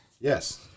Yes